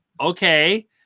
okay